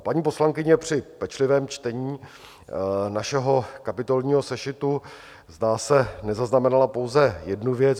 Paní poslankyně při pečlivém čtení našeho kapitolního sešitu, zdá se, nezaznamenala pouze jednu věc.